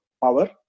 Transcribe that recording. power